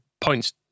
points